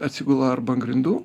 atsigula arba ant grindų